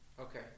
Okay